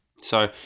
So-